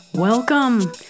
welcome